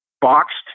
boxed